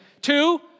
Two